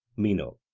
meno